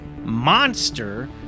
monster